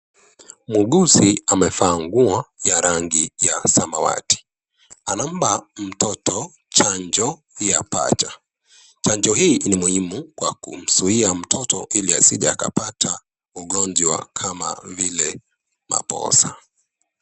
Muuguzi amevaa nguo ya rangi ya samawati, anampa mtoto chanjo ya paja. Chanjo hii ni muhimu kwa kumzuia mtoto ili asije akapata ugonjwa kama vile maposa.